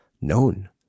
known